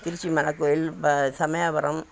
திருச்சி மலை கோவில் ப சமயபுரம்